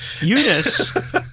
Eunice